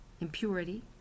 impurity